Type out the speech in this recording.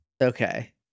Okay